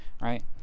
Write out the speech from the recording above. right